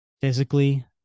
physically